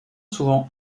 souvent